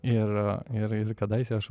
ir ir ir kadaise aš